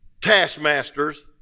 taskmasters